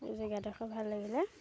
এই জেগাডখৰ ভাল লাগিলে